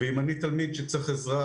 אם אני תלמיד שצריך עזרה